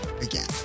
again